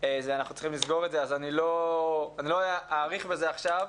אני לא אאריך בזה עכשיו.